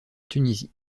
tunisie